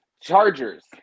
Chargers